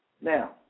Now